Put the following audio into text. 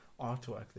artwork